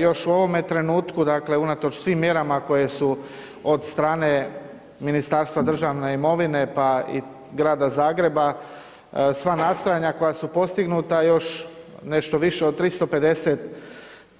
Još u ovome trenutku unatoč svim mjerama koje su od strane Ministarstva državne imovine pa i Grada Zagreba, sva nastojanja koja su postignuta još nešto više od 350